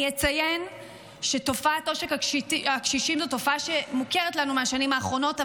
אני אציין שתופעת עושק הקשישים זאת תופעה שמוכרת לנו מהשנים האחרונות,